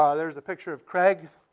ah there's a picture of craig.